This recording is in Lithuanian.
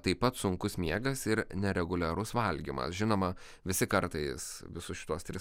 taip pat sunkus miegas ir nereguliarus valgymas žinoma visi kartais visus šituos tris